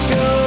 go